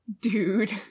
Dude